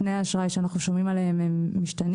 תנאי האשראי שאנחנו שומעים עליהם משתנים,